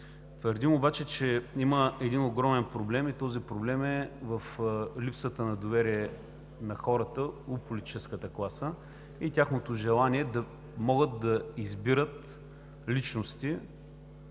Твърдим обаче, че има огромен проблем и този проблем е в липсата на доверие на хората в политическата класа и тяхното желание да могат да избират личности